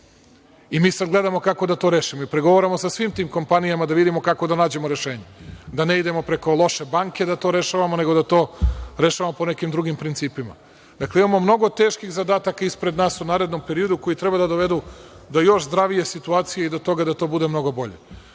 i mi sada gledamo kako da to rešimo i pregovaramo sa svim tim kompanijama da vidimo kako da nađemo rešenje da ne idemo preko loše banke da to rešavamo, nego da to rešavamo po nekim drugim principima. Imamo mnogo teških zadataka ispred nas u narednom periodu koji treba da dovedu do još zdravije situacije i do toga da to bude mnogo bolje. Vama